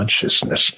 consciousness